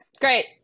Great